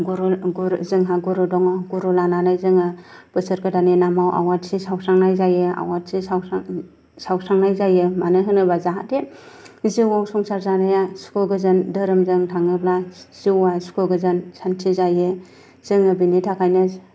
जोंहा गुरु दङ गुरु लानानै जोंङो बोसोर गोदाननि नामाव आवहाथि सावस्रांनाय जायो आवहाथि सावस्रांनाय जायो मानो होनोबा जाहाथे जिउआव संसार जानाया सुखुगोजोन धोरोमजों थाङोब्ला जिउआ सुखुगोजोन सान्ति जायो जोङो बिनि थाखायनो